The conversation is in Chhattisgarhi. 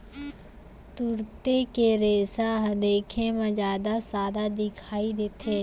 तुरते के रेसा ह देखे म जादा सादा दिखई देथे